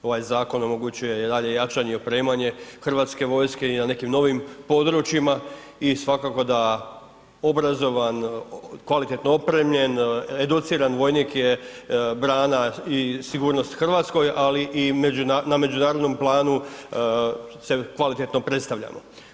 Ovaj zakon omogućuje i dalje jačanje i opremanje Hrvatske vojske i na nekim novim područjima i svakako da obrazovan, kvalitetno opremljen, educiran vojnik je brana i sigurnost Hrvatskoj, ali i na međunarodnom planu se kvalitetno predstavljamo.